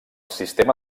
sistema